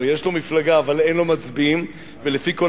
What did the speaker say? או יש לו מפלגה אבל אין לו מצביעים ולפי כל